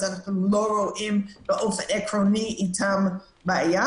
אז אנחנו לא רואים באופן עקרוני איתם בעיה,